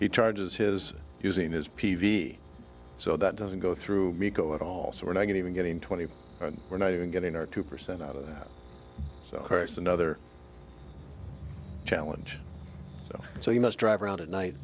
he charges his using his p v so that doesn't go through me go at all so we're not going even getting twenty we're not even getting our two percent out of that so course another challenge so you must drive around at night